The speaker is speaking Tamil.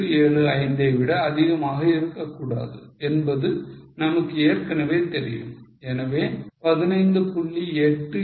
875 ஐ விட அதிகமாக இருக்கக்கூடாது என்பது நமக்கு ஏற்கனவே தெரியும் எனவே 15